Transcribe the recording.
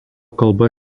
kalba